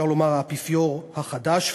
אפשר לומר האפיפיור החדש,